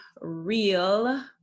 real